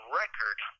record